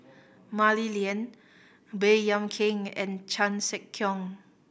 Mah Li Lian Baey Yam Keng and Chan Sek Keong